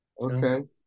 okay